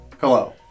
hello